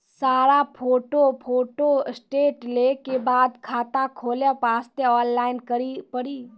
सारा photo photostat लेल के बाद खाता खोले वास्ते ऑनलाइन करिल पड़ी?